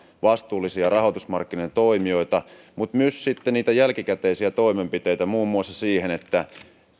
vastuullisia rahoitusmarkkinoiden toimijoita mutta sitten myös niitä jälkikäteisiä toimenpiteitä muun muassa siihen että